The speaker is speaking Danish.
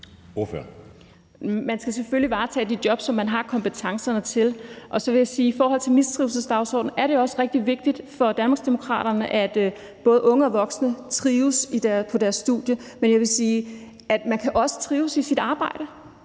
Man skal selvfølgelig varetage de job, som man har kompetencerne til. Og så vil jeg sige, at i forhold til mistrivselsdagsordenen er det jo også rigtig vigtigt for Danmarksdemokraterne, at både unge og voksne trives på deres studie. Men jeg vil sige, at man også kan trives i sit arbejde,